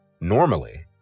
normally